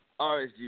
RSG